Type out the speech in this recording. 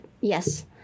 yes